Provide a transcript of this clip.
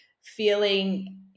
feeling